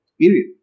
period